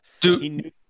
Dude